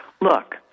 look